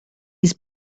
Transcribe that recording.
his